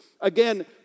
Again